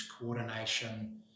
coordination